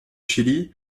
chili